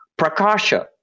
Prakasha